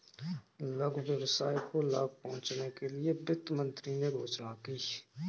लघु व्यवसाय को लाभ पहुँचने के लिए वित्त मंत्री ने घोषणा की